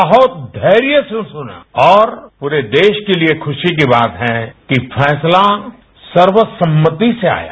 बहुत धैर्य से सुना और पूरे देश के लिये खुशी की बात है यह फैसला सर्वसम्मति से आया